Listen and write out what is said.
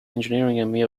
engineering